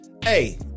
Hey